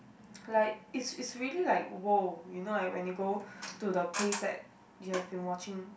like it's it's really like !woah! you know like when you go to the place you have been watching